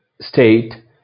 state